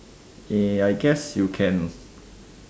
I guess you can